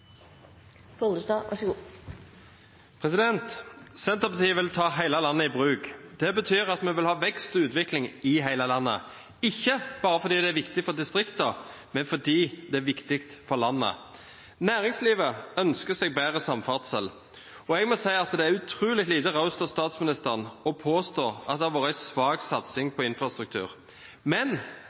utvikling i hele landet, ikke bare fordi det er viktig for distriktene, men fordi det er viktig for landet. Næringslivet ønsker seg bedre samferdsel, og jeg må si at det er utrolig lite raust av statsministeren å påstå at det har vært en svak satsing på infrastruktur. Men